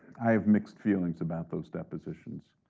i have mixed feelings about those depositions.